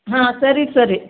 ಹಾಂ ಸರಿ ಸರಿ